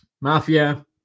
Mafia